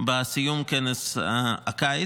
בסיום כנס הקיץ.